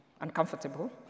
uncomfortable